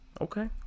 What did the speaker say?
Okay